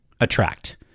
attract